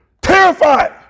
Terrified